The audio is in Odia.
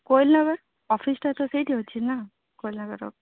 କୋଏଲ ନଗର ଅଫିସଟା ତ ସେଇଠି ଅଛି ନା କୋଏଲ ନଗର